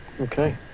Okay